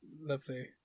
Lovely